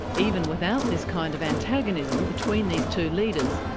even without this kind of antagonism between these two leaders,